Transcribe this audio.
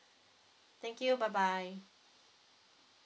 thank you bye bye